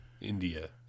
India